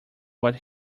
what